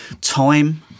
time